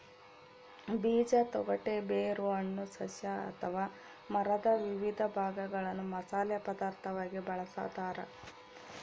ಬೀಜ ತೊಗಟೆ ಬೇರು ಹಣ್ಣು ಸಸ್ಯ ಅಥವಾ ಮರದ ವಿವಿಧ ಭಾಗಗಳನ್ನು ಮಸಾಲೆ ಪದಾರ್ಥವಾಗಿ ಬಳಸತಾರ